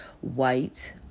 white